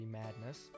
madness